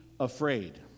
afraid